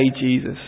Jesus